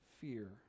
fear